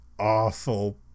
awful